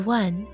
one